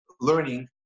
learning